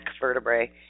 vertebrae